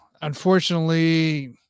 Unfortunately